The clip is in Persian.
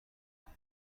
آنها